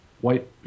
white